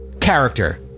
character